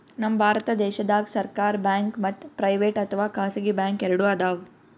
ನಮ್ ಭಾರತ ದೇಶದಾಗ್ ಸರ್ಕಾರ್ ಬ್ಯಾಂಕ್ ಮತ್ತ್ ಪ್ರೈವೇಟ್ ಅಥವಾ ಖಾಸಗಿ ಬ್ಯಾಂಕ್ ಎರಡು ಅದಾವ್